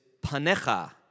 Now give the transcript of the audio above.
panecha